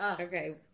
Okay